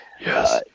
Yes